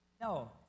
No